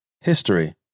history